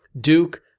Duke